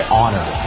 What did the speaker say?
honor